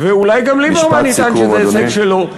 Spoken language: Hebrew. ואולי גם ליברמן יטען שזה הישג שלו.